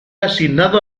asignado